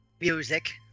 music